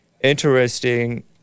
interesting